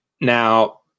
now